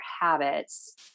habits